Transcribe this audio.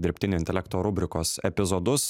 dirbtinio intelekto rubrikos epizodus